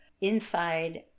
inside